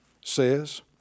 says